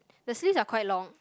the sleeves are quite long